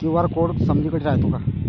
QR code समदीकडे रायतो का?